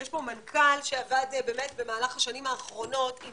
יש פה מנכ"ל שעבד במהלך השנים האחרונות עם